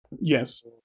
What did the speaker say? Yes